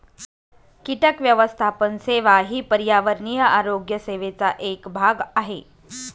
कीटक व्यवस्थापन सेवा ही पर्यावरणीय आरोग्य सेवेचा एक भाग आहे